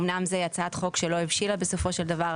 אמנם זו הצעת חוק שלא הבשילה בסופו של דבר,